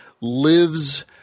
lives